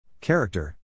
Character